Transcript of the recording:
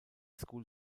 school